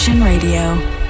Radio